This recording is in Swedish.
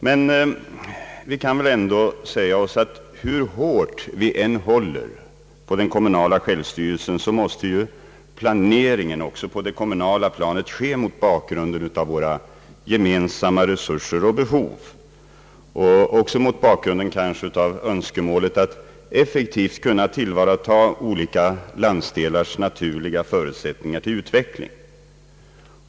Men vi kan väl ändå säga oss att hur hårt vi än håller på den kommunala självstyrelsen, måste planeringen också på det kommunala planet ske mot bakgrunden av våra gemensamma resurser och behov och mot bakgrunden av att vi skall kunna tillvarata olika landsdelars naturliga förutsättningar för utveckling.